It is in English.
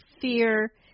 fear